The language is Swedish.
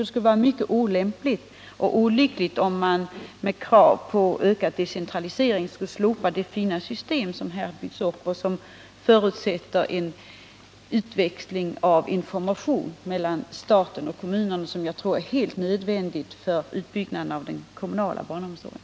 Det skulle vara mycket olämpligt och olyckligt om man, med krav på ökad decentralisering, skulle slopa det fina system som byggts upp och som förutsätter en utväxling av information mellan staten och kommunerna som är helt nödvändig för utbyggnaden av den kommunala barnomsorgen.